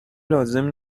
لازم